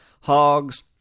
hogs